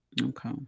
Okay